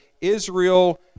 Israel